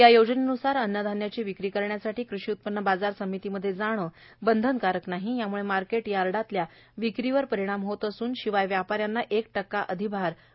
या योजनेनुसार अन्नधान्याची विक्री करण्यासाठी कृषी उत्पन्न बाजार समितीमध्ये जाणं बंधनकारक नाही याम्ळे मार्केट यार्डातल्या विक्रीवर परिणाम होत असून शिवाय व्यापाऱ्यांना एक टक्का अधिभार भरावा लागत आहे